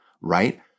right